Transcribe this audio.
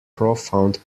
profound